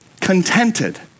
contented